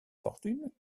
fortune